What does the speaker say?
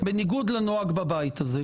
בניגוד לנוהג בבית הזה.